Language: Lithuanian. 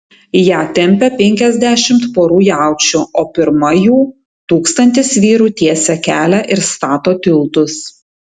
ją tempia penkiasdešimt porų jaučių o pirma jų tūkstantis vyrų tiesia kelią ir stato tiltus